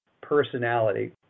personality